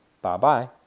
Bye-bye